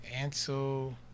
Ansel